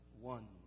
one